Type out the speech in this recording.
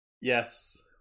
yes